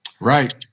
Right